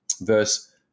verse